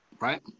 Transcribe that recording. right